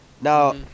Now